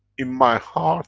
in my heart